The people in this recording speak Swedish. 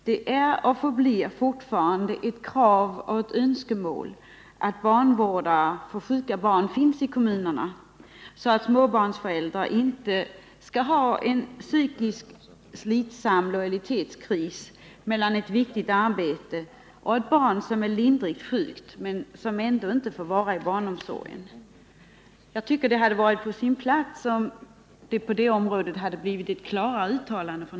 Det är och förblir ett krav och ett önskemål att det i kommunerna finns barnvårdare för sjuka barn, så att småbarnsföräldrar inte skall behöva råka i en psykiskt slitsam lojalitetskris därför att de tvingas välja mellan att gå till ett viktigt arbete och att stanna hemma hos ett barn som är lindrigt sjukt men som ändå inte får vara på daghem. Jag tycker att det hade varit på sin plats om utskottet i det avseendet hade gjort ett klarare uttalande.